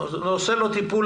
ועושה לו טיפול.